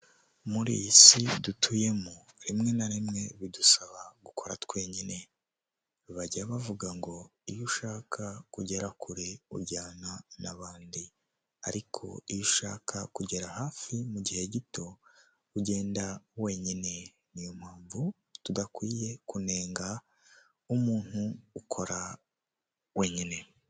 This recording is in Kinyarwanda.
Ihahiro ririmo ibicuruzwa byinshi bitandukanye, hakubiyemo ibyoku kurya urugero nka biswi, amasambusa, amandazi harimo kandi n'ibyo kunywa nka ji, yahurute n'amata.